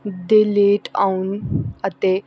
ਦੇ ਲੇਟ ਆਉਣ ਅਤੇ